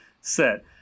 set